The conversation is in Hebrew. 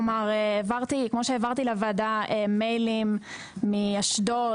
כלומר כמו שהעברתי לוועדה מיילים מאשדוד